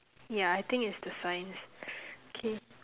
yeah I think it's the signs K